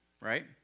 right